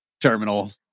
terminal